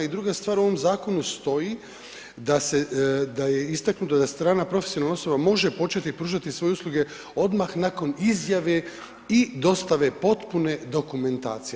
I druga stvar u ovom zakonu stoji da je istaknuto da strana profesionalna osoba može početi pružati svoje usluge odmah nakon izjave i dostave potpune dokumentacije.